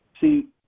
See